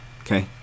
okay